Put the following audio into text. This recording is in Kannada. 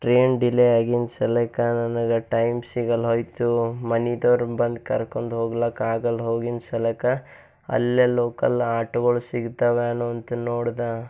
ಟ್ರೈನ್ ಡಿಲೇ ಆಗಿನ ಸಲಕ ನನಗ ಟೈಮ್ ಸಿಗೋಲ್ಹೋಯ್ತು ಮನಿದೋರು ಬಂದು ಕರ್ಕೊಂಡೋಗ್ಲಕ್ಕೆ ಆಗಲ ಹೋಗಿನ್ನ ಸಲಕ ಅಲ್ಲೆ ಲೋಕಲ್ ಆಟೋಗಳು ಸಿಗ್ತವೇನೋ ಅಂತ ನೋಡ್ದೆ